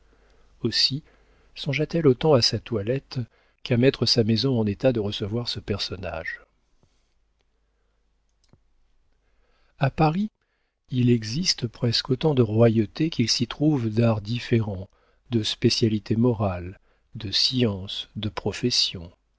aussi songea t elle autant à sa toilette qu'à mettre sa maison en état de recevoir ce personnage a paris il existe presque autant de royautés qu'il s'y trouve d'arts différents de spécialités morales de sciences de professions